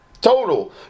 total